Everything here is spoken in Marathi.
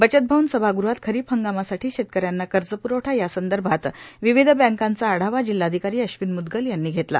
बचत भवन सभागृहात खरीप हंगामासाठी शेतकऱ्यांना कर्जप्रवठा यासंदर्भात विविध बँकांचा आढावा जिल्हाधिकारी अश्विन म्दगल यांनी घेतला